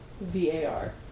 V-A-R